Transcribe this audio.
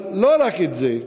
אבל לא רק את זה,